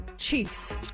Chiefs